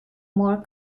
more